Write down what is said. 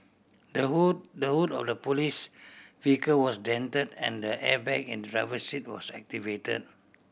the hood the hood of the police vehicle was dented and the airbag in the driver seat was activate